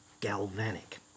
galvanic